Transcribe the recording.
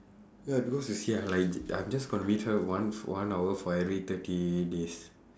ya because you see ah like I'm just going to meet her one one hour for every thirty days